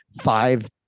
five